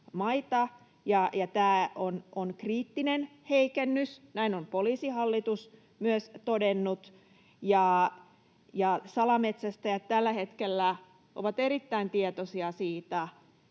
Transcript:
maita. Tämä on kriittinen heikennys, näin on myös Poliisihallitus todennut. Salametsästäjät tällä hetkellä ovat erittäin tietoisia tästä